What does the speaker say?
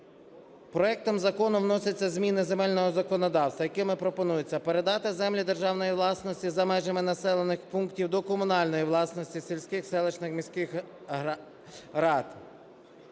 Проектом закону вносяться зміни до земельного законодавства, якими пропонується передати землі державної власності за межами населених пунктів до комунальної власності сільських, селищних, міських рад.